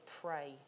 pray